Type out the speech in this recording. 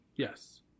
Yes